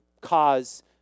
cause